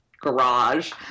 garage